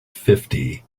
fifty